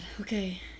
okay